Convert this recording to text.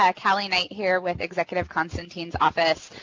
ah calli knight here with executive constantine's office.